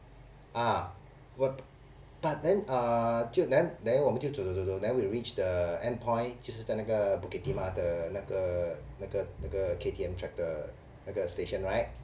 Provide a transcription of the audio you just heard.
ah but but then uh 就 then then 我们就走走走 then we reach the end point 就是在那个 bukit timah 的那个那个那个:de na ge na ge na ge</mandarin K_T_M track 的那个 station right